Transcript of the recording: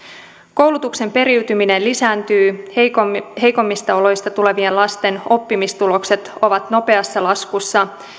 koulutuksen periytyminen lisääntyy heikommista heikommista oloista tulevien lasten oppimistulokset ovat nopeassa laskussa